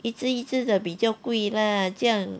一只一只的比较贵 lah 这样